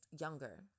younger